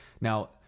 Now